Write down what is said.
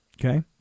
Okay